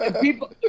People